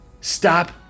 stop